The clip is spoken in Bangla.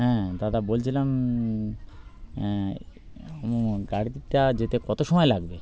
হ্যাঁ দাদা বলছিলাম গাড়িতে টা যেতে কত সময় লাগবে